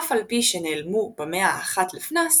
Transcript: אף על פי שנעלמו במאה ה-1 לפנה"ס,